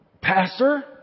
Pastor